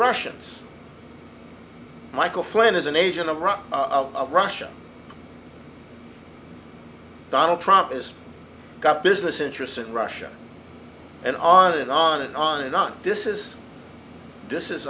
russians michael flynn is an asian a run of russian donald trump is got business interests in russia and on and on and on and on this is this is